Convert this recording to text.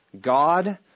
God